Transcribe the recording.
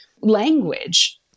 language